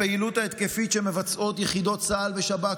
הפעילות ההתקפית שמבצעות יחידות צה"ל ושב"כ